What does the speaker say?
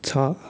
छ